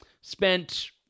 Spent